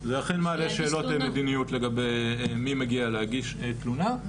זה מעלה שאלות מדיניות לגבי מי מגיע להגיש תלונה,